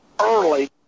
early